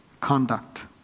conduct